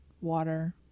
water